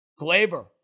Glaber